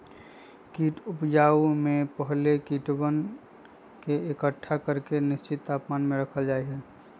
कीट उपजाऊ में पहले कीटवन के एकट्ठा करके निश्चित तापमान पर रखल जा हई